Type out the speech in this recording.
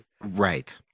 Right